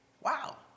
Wow